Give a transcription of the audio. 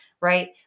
right